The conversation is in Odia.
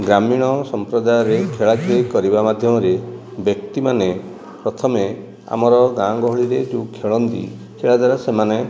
ଗ୍ରାମୀଣ ସମ୍ପ୍ରଦାୟର ଖେଳାଖେଳି କରିବା ମାଧ୍ୟମରେ ବ୍ୟକ୍ତିମାନେ ପ୍ରଥମେ ଆମର ଗାଁ ଗହଳି ରେ ଯେଉଁ ଖେଳନ୍ତି ସେଇଟା ଦ୍ବାରା ସେମାନେ